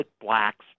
blacks